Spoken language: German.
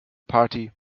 party